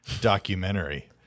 documentary